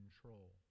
control